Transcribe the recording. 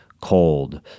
Cold